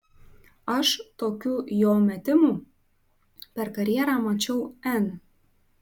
aš tokių jo metimų per karjerą mačiau n